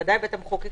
ודאי בית המחוקקים,